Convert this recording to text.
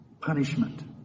punishment